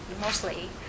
Mostly